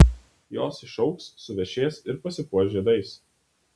jos išaugs suvešės ir pasipuoš žiedais